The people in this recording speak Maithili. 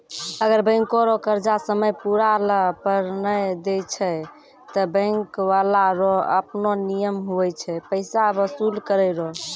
अगर बैंको रो कर्जा समय पुराला पर नै देय छै ते बैंक बाला रो आपनो नियम हुवै छै पैसा बसूल करै रो